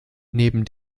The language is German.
neben